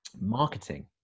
Marketing